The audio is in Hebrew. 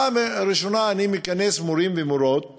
פעם ראשונה אני מכנס מורים ומורות מהדרום.